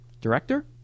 director